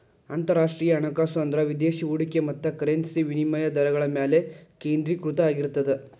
ಅಂತರರಾಷ್ಟ್ರೇಯ ಹಣಕಾಸು ಅಂದ್ರ ವಿದೇಶಿ ಹೂಡಿಕೆ ಮತ್ತ ಕರೆನ್ಸಿ ವಿನಿಮಯ ದರಗಳ ಮ್ಯಾಲೆ ಕೇಂದ್ರೇಕೃತ ಆಗಿರ್ತದ